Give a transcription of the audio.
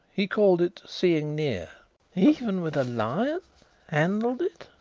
he called it seeing near even with a lion handled it?